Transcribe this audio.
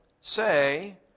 say